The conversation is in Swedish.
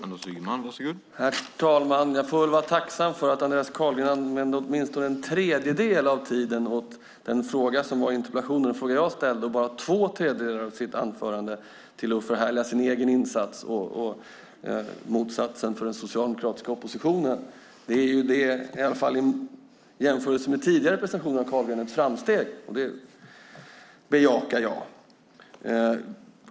Herr talman! Jag får väl vara tacksam för att Andreas Carlgren använde åtminstone en tredjedel av tiden åt den fråga jag ställde i interpellationen och bara två tredjedelar av sitt anförande åt att förhärliga sin egen insats och motsatsen när det gäller den socialdemokratiska oppositionen. Det är i jämförelse med tidigare prestationer av Carlgren ett framsteg. Det bejakar jag.